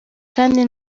kandi